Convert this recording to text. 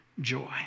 joy